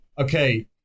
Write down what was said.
okay